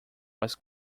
was